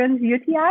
UTI